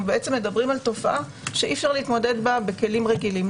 בעצם מדברים על תופעה שאי אפשר להתמודד בה בכלים רגילים,